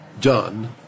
done